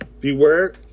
Beware